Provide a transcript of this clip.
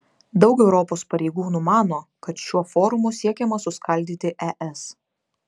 daug europos pareigūnų mano kad šiuo forumu siekiama suskaldyti es